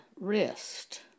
wrist